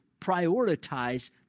prioritize